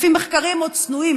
לפי מחקרים צנועים,